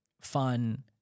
fun